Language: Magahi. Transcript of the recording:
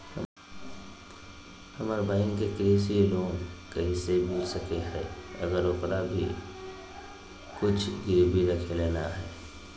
हमर बहिन के कृषि लोन कइसे मिल सको हइ, अगर ओकरा भीर कुछ गिरवी रखे ला नै हइ?